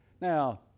Now